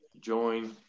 Join